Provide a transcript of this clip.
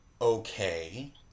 okay